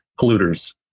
polluters